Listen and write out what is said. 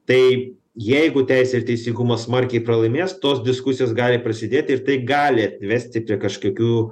tai jeigu teisė ir teisingumas smarkiai pralaimės tos diskusijos gali ir prasidėti ir taip gali atvesti prie kažkokių